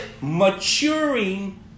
Maturing